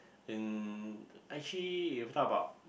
in actually you talk about